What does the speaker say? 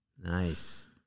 Nice